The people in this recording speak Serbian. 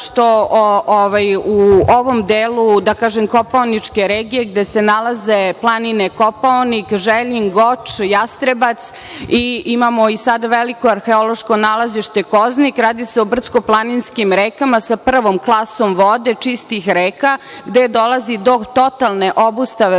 što u ovom delu Kopaoničke regije, gde se nalaze planine Kopaonik, Željin, Goč, Jastrebac imamo i sada veliko arheološko nalazište „Koznik“.Radi se o brdsko-planinskim rekama sa prvom klasom vode, čistih reka gde dolazi do totalne obustave